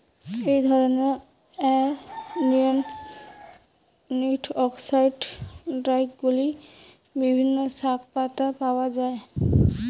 এই ধরনের অ্যান্টিঅক্সিড্যান্টগুলি বিভিন্ন শাকপাতায় পাওয়া য়ায়